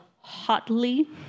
hotly